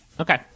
Okay